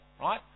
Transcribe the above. right